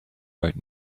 right